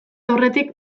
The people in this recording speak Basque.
aurretik